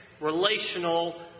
relational